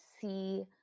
see